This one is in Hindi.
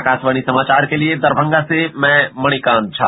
आकाशवानी समाचार के लिए दर्भगा से मणिकांत झा